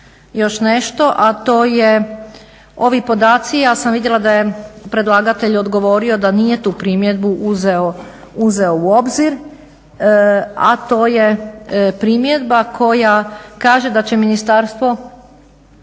još nešto, a to je ovi podaci ja sam vidjela da je predlagatelj odgovorio da nije tu primjedbu uzeo u obzir, a to je primjedba koja kaže da će ministarstvo